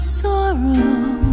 sorrow